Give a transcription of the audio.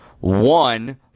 One